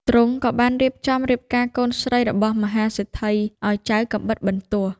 ទ្រង់ក៏បានរៀបចំរៀបការកូនស្រីរបស់មហាសេដ្ឋីឱ្យចៅកាំបិតបន្ទោះ។